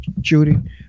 Judy